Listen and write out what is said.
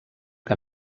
que